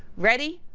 ready?